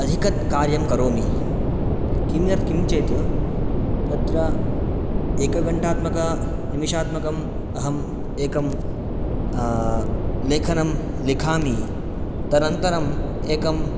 अधिककार्यं करोमि किमर्थं चेत् तत्र एकघण्टात्मक निमेषात्मकम् अहम् एकं लेखनं लिखामि तदनन्तरम् एकं